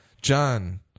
John